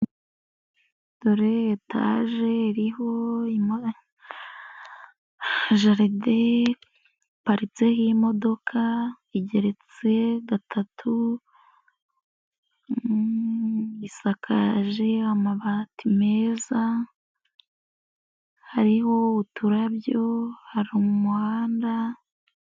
Dore etaje iriho jaride, iparitse imodoka, igeretse gatatu. Isakaje amabati meza, hariho uturabyo, hari umuhanda.